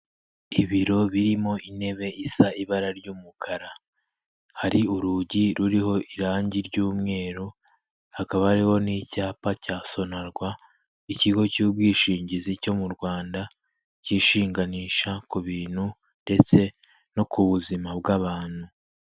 Ibiro birimo intebe isa ibara ry'umukara hari urugi ruriho irangi ry'umweru hakaba hariho n'icyapa cya sonarwa ikigo cy'ubwishingizi cyo mu Rwanda kishinganisha ku bintu ndetse no ku buzima bw'abantu.